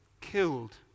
killed